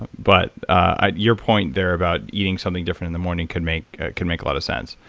but your point there about eating something different in the morning can make can make a lot of sense.